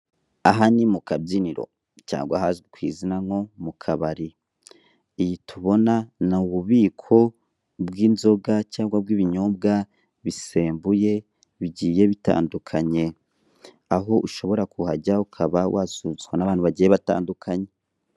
Aha ni mukabyiniro cyangwa ahazwi ku izina nko mu kabari, iyi tubona ni ububiko bw'inzoga cyangwa bw'ibinyobwa bisembuye bigiye bitandukanye, aho ushobora kuhajya ukaba wasusurutswa n'abantu bagiye batandukanye.